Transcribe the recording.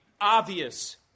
obvious